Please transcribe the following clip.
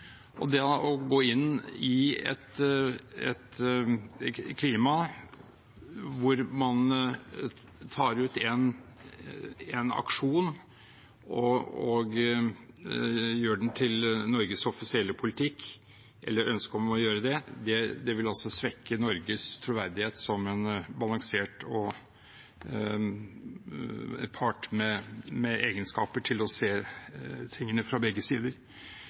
Å gå inn i et klima hvor man tar ut en aksjon og gjør den til Norges offisielle politikk, eller har ønske om å gjøre det, vil svekke Norges troverdighet som en balansert part med egenskap til å se tingene fra begge sider.